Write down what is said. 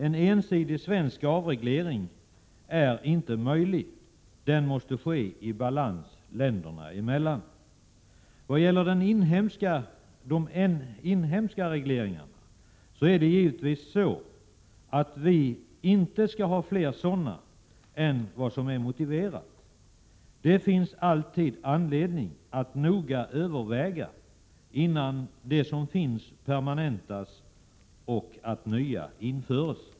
En ensidig svensk avreglering är inte möjlig. En avreglering måste ske i balans länderna i mellan. Vad gäller de inhemska regleringarna skall vi givetvis inte ha fler sådana än vad som är motiverat. Det finns alltid anledning att noga överväga innan de som finns permanentas och innan nya införs.